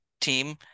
team